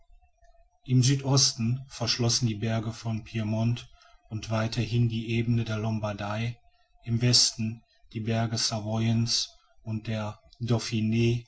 im südosten verschlossen die berge von piemont und weiterhin die ebenen der lombardei im westen die berge savoyens und der